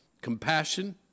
Compassion